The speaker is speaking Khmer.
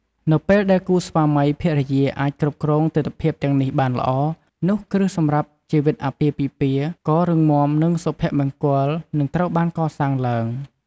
នៅពេលដែលគូស្វាមីភរិយាអាចគ្រប់គ្រងទិដ្ឋភាពទាំងនេះបានល្អ នោះគ្រឹះសម្រាប់ជីវិតអាពាហ៍ពិពាហ៍ក៏រឹងមាំ និងសុភមង្គលនឹងត្រូវបានកសាងឡើង។